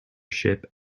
ship